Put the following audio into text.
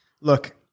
look